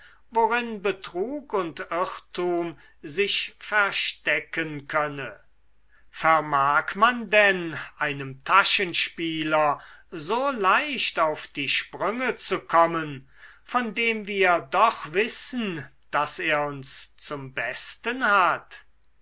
worin betrug und irrtum sich verstecken könne vermag man denn einem taschenspieler so leicht auf die sprünge zu kommen von dem wir doch wissen daß er uns zum besten hat